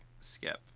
skip